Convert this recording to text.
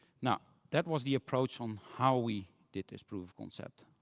now, that was the approach on how we did this proof concept.